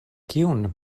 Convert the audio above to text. kiun